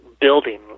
building